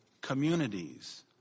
communities